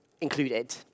included